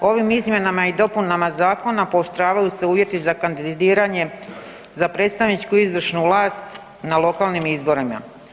Ovim izmjenama i dopunama zakona pooštravaju se uvjeti za kandidiranje za predstavničku izvršnu vlast na lokalnim izborima.